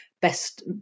best